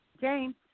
James